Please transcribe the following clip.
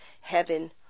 heaven